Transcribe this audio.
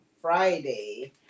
Friday